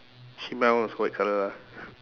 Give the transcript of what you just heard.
actually mine also white colour lah